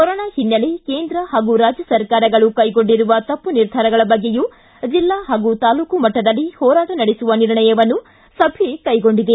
corona ಹಿನ್ನೆಲೆ ಕೇಂದ್ರ ಹಾಗೂ ರಾಜ್ಯ ಸರ್ಕಾರಗಳು ಕೈಗೊಂಡಿರುವ ತಪ್ಪು ನಿರ್ಧಾರಗಳ ಬಗ್ಗೆಯೂ ಜಿಲ್ಲಾ ಹಾಗೂ ತಾಲೂಕು ಮಟ್ಟದಲ್ಲಿ ಹೋರಾಟ ನಡೆಸುವ ನಿರ್ಣಯವನ್ನು ಸಭೆ ಕೈಗೊಂಡಿದೆ